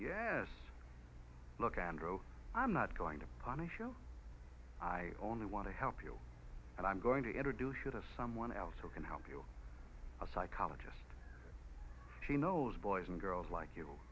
yes look and roe i'm not going to punish you i only want to help you and i'm going to introduce you to someone else who can help you a psychologist she knows boys and girls like you